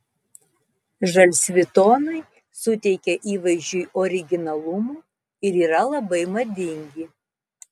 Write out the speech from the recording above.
žalsvi tonai suteikia įvaizdžiui originalumo ir yra labai madingi